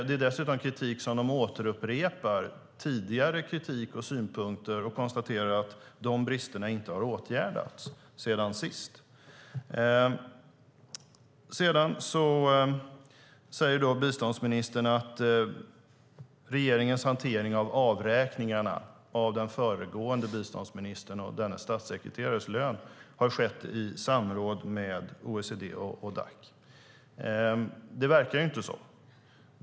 Det är dessutom tidigare kritik och synpunkter som de upprepar och konstaterar att bristerna inte har åtgärdats sedan sist. Biståndsministern säger att regeringens hantering av avräkningarna av den föregående biståndsministerns och dennas statssekreterares löner har skett i samråd med OECD och Dac. Det verkar ju inte så.